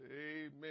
amen